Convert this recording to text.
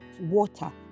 water